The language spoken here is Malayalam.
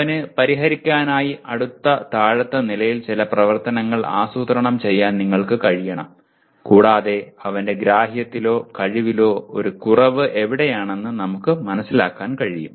അവന് പരിഹരിക്കാനായി അടുത്ത താഴത്തെ നിലയിൽ ചില പ്രവർത്തനങ്ങൾ ആസൂത്രണം ചെയ്യാൻ നിങ്ങൾക്ക് കഴിയണം കൂടാതെ അവന്റെ ഗ്രാഹ്യത്തിലോ കഴിവിലോ ഒരു കുറവ് എവിടെയാണെന്ന് നമുക്ക് മനസിലാക്കാൻ കഴിയും